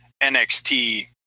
nxt